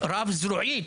רב זרועית,